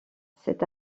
cet